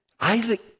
Isaac